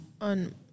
On